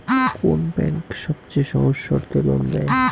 কোন ব্যাংক সবচেয়ে সহজ শর্তে লোন দেয়?